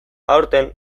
aurten